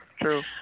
True